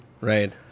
Right